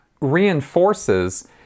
reinforces